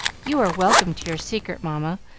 you are welcome to your secret, mamma.